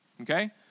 okay